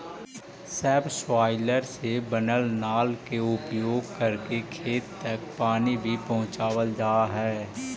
subsoiler से बनल नाल के उपयोग करके खेत तक पानी भी पहुँचावल जा हई